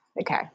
okay